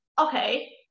okay